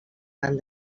van